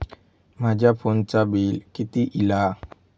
माझ्या फोनचा बिल किती इला?